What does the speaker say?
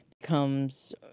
becomes